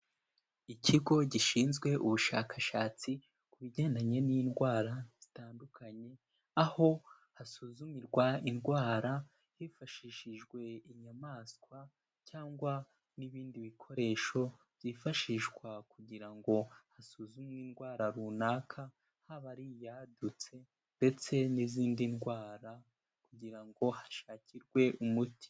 Ikigo gishinzwe ubushakashatsi ku bigendanye n'indwara zitandukanye, aho hasuzumirwa indwara hifashishijwe inyamaswa cyangwa n'ibindi bikoresho byifashishwa kugira ngo hasuzumwe indwara runaka, haba ari iyadutse ndetse n'izindi ndwara kugira ngo hashakirwe umuti.